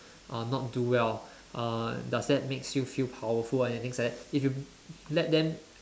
uh not do well uh does that makes you feel powerful or anything like that if you let them